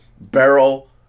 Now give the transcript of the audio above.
barrel